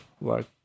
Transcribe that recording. work